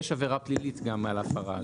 יש עבירה פלילית גם על ההפרה הזאת.